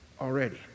already